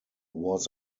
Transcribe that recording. was